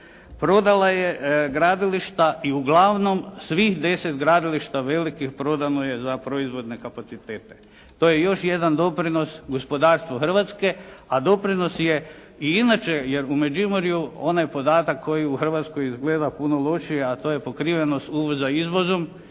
prodala je gradilišta i uglavnom svih deset gradilišta velikih prodano je za proizvodne kapacitete. To je još jedan doprinos gospodarstvu Hrvatske, a doprinos je i inače jer u međimurju onaj podatak koji u Hrvatskoj izgleda puno lošije, a to je pokrivenost uvoza izvozom,